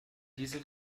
diesel